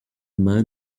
man